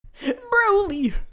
Broly